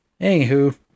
Anywho